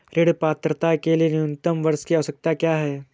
ऋण पात्रता के लिए न्यूनतम वर्ष की आवश्यकता क्या है?